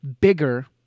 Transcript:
bigger